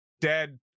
dead